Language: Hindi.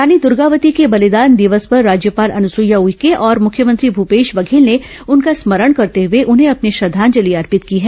रानी दुर्गावती के बलिदान दिवस पर राज्यपाल अनुसुईया उइके और मुख्यमंत्री भूपेश बघेल ने उनका स्मरण करते हुए उन्हें अपनी श्रद्धांजलि अर्पित की है